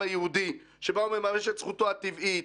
היהודי שבה הוא מממש את זכותו הטבעית,